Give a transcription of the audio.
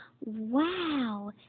Wow